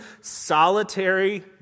solitary